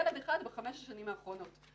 ילד אחד בחמש השנים האחרונות.